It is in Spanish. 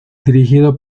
dirigido